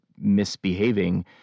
misbehaving